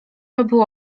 robił